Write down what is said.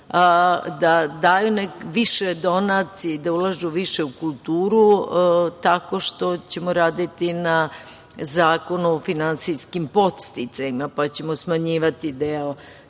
da daju više donacija i da ulažu više u kulturu tako što ćemo raditi na zakonu o finansijskim podsticajima, pa ćemo smanjivati deo